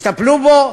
יטפלו בו.